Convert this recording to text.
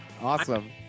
Awesome